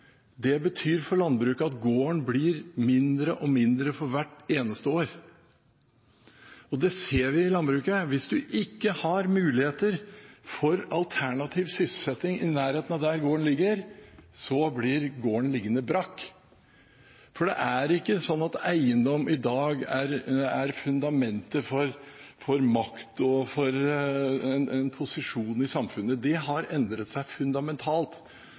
landbruket at gården blir mindre og mindre for hvert eneste år, og det ser vi i landbruket. Hvis man ikke har muligheter for alternativ sysselsetting i nærheten av der gården ligger, blir gården liggende brakk, for det er ikke sånn at eiendom i dag er fundamentet for makt og posisjon i samfunnet. Det har endret seg fundamentalt.